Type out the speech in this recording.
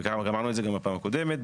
ואמרנו את זה גם בפעם הקודמת,